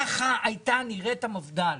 ככה הייתה נראית המפד"ל,